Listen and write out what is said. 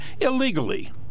illegally